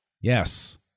Yes